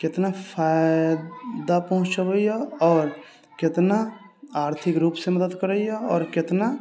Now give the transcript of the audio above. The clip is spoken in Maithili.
केतना फायदा पहुँचबैया आओर केतना आर्थिक रूपसँ मदद करैया आओर केतना